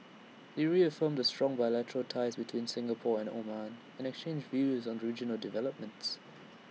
they reaffirmed the strong bilateral ties between Singapore and Oman and exchanged views on regional developments